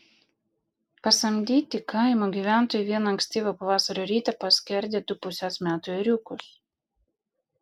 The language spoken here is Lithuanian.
pasamdyti kaimo gyventojai vieną ankstyvo pavasario rytą paskerdė du pusės metų ėriukus